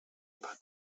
about